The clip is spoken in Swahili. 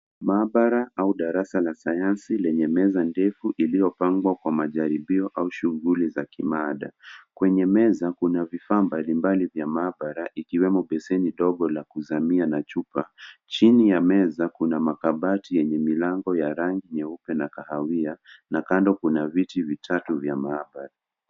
Maabara au darasa la sayansi lenye meza ndefu iliyopangwa kwa majaribio au shughuli za kimada. Kwenye meza kuna vifaa mbalimbali vya maabara ikiwemo beseni ndogo la kuzamia na chupa. Chini ya meza kuna makabati yenye milango ya rangi nyeupe na kahawia na kando kuna viti vitatu vya maabara.